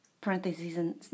Parentheses